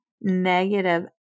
negative